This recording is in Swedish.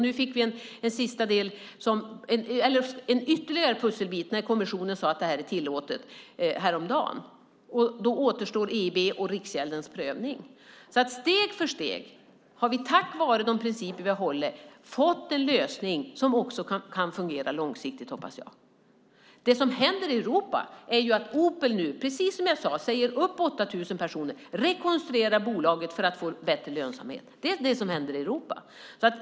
Vi fick en ytterligare pusselbit när kommissionen häromdagen sade att det här är tillåtet. Då återstår EIB och Riksgäldens prövning. Steg för steg har vi tack vare de principer vi har hållit fått en lösning som kan fungera långsiktigt, hoppas jag. Det som händer i Europa är att Opel, precis som jag sade, säger upp 8 000 personer och rekonstruerar bolaget för att få bättre lönsamhet. Det är det som händer i Europa.